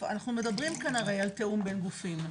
אנחנו מדברים כאן על תיאום בין גופים.